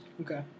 Okay